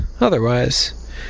otherwise